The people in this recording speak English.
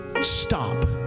stop